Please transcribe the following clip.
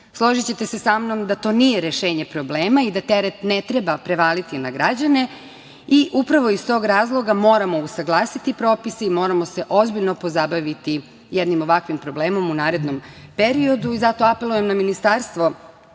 građana. Složićete se sa mnom da to nije rešenje problema i da teret ne treba prevaliti na građane i upravo i uz tog razloga moramo usaglasiti propise i moramo se ozbiljno pozabaviti jednim ovakvim problemom u narednom periodu. Zato i apelujem na ministarstvo